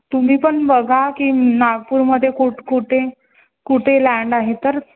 तुम्ही पण बघा की नागपूरमध्ये कुठं कुठे कुठे लँड आहे तर